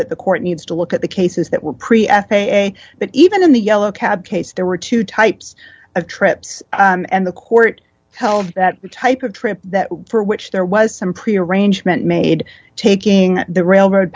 that the court needs to look at the cases that were pretty f a a but even in the yellow cab case there were two types of trips and the court held that the type of trip that for which there was some prearrangement made taking the railroad